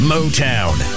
Motown